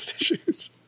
issues